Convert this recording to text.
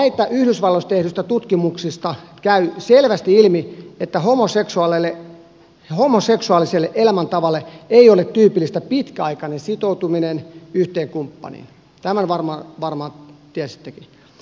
näistä yhdysvalloissa tehdyistä tutkimuksista käy selvästi ilmi että homoseksuaaliselle elämäntavalle ei ole tyypillistä pitkäaikainen sitoutuminen yhteen kumppaniin tämän varmaan tiesittekin